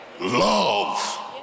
Love